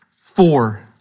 four